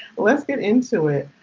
let's get into it.